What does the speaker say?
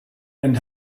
and